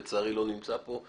לצערי לא נמצא פה,